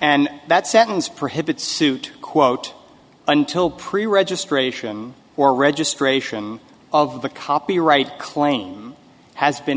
and that sentence prohibits suit quote until pre registration or registration of the copyright claim has been